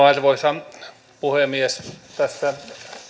arvoisa puhemies tässä